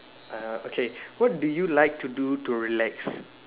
uh okay what do you like to do to relax